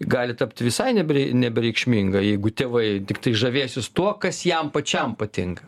gali tapti visai nebrei nebereikšminga jeigu tėvai tiktai žavėsis tuo kas jam pačiam patinka